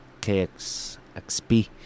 KXXP